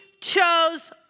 chose